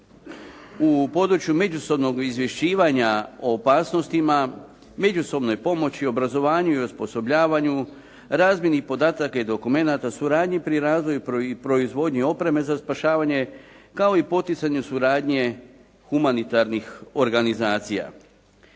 u području međusobnog izvješćivanja o opasnostima, međusobnoj pomoći o obrazovanju i osposobljavanju, razmjeni podataka i dokumenata, suradnji pri razvoji i proizvodnji opreme za spašavanje, kao i poticanje suradnje humanitarnih organizacija.